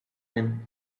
when